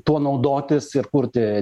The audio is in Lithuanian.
tuo naudotis ir kurti